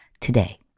today